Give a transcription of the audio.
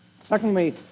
Secondly